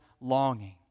longing